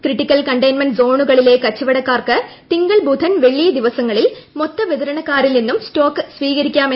critical containment സോണുകളിലെ കച്ചവട ക്കാർക്ക് തിങ്കൾ ബുധൻ വെള്ളി ദിവസങ്ങളിൽ മൊത്തവിതരണ ക്കാരിൽ നിന്നും സ്റ്റോക്ക് സ്വീകരിക്കാം